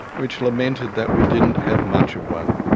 which lamented that we didn't have much of one.